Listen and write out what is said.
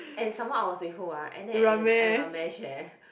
and some more I was with who ah Annette and and Ramesh eh